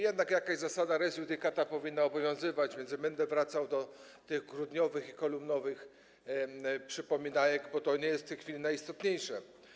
Jednak jakaś zasad res iudicata powinna obowiązywać, więc nie będę wracał do tych grudniowych i kolumnowych przypominajek, bo to nie jest w tej chwili najistotniejsze.